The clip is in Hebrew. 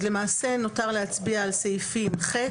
אז למעשה נותר להצביע על הסעיפים (ח),